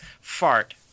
Fart